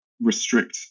restrict